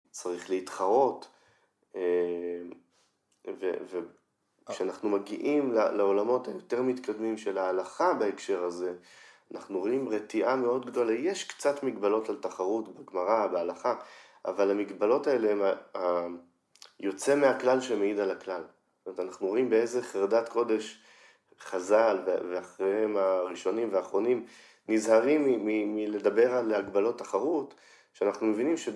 ‫צריך להתחרות, וכשאנחנו מגיעים ‫לעולמות היותר מתקדמים של ההלכה ‫בהקשר הזה, אנחנו רואים ‫רתיעה מאוד גדולה. ‫יש קצת מגבלות על תחרות ‫בגמרה, בהלכה, ‫אבל המגבלות האלה יוצא ‫מהכלל שמעיד על הכלל. ‫זאת אומרת, אנחנו רואים ‫באיזה חרדת קודש חז"ל, ‫ואחריהם הראשונים והאחרונים, ‫נזהרים מלדבר על הגבלות תחרות, ‫כשאנחנו מבינים...